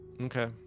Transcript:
Okay